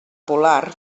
polar